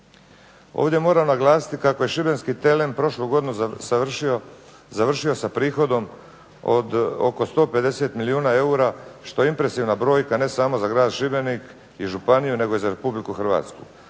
Ovdje moram naglasiti kako je šibenski TLM prošlu godinu završio sa prihodom od oko 150 milijuna eura što je impresivna brojka ne samo za grad Šibenik i županiju, nego i za Republiku Hrvatsku.